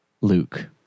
Luke